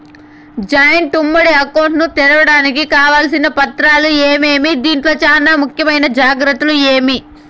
Joint ఉమ్మడి account ను తెరవడానికి కావాల్సిన పత్రాలు ఏమేమి? దీంట్లో చానా ముఖ్యమైన జాగ్రత్తలు ఏమి?